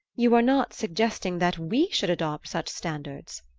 you are not suggesting that we should adopt such standards?